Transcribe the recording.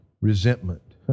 resentment